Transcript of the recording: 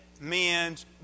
men's